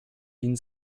wien